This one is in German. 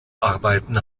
arbeiten